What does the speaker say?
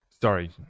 sorry